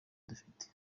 dufite